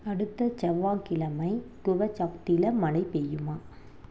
அடுத்த செவ்வாய்க்கிழமை துவசப்த்தில் மழை பெய்யுமா